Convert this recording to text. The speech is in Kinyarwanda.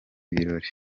birori